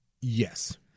Yes